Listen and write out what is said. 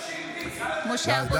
(קוראת בשם חבר הכנסת) משה אבוטבול,